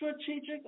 strategic